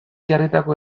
jarritako